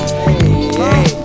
hey